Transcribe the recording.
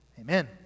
Amen